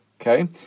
okay